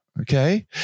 okay